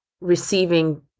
receiving